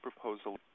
proposal